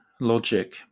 logic